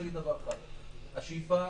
השאיפה,